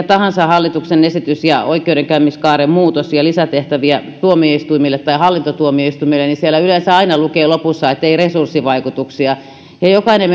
tahansa hallituksen esityksessä ja oikeudenkäymiskaaren muutoksessa ja lisätehtävissä tuomioistuimille tai hallintotuomioistuimille yleensä aina lukee lopussa että ei resurssivaikutuksia jokainen